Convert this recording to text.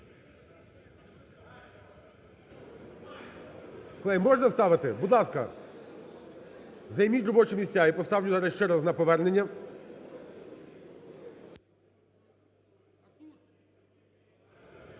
зал. Можна ставити? Будь ласка, займіть робочі місця, я поставлю зараз ще раз на повернення.